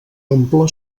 omple